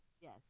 Yes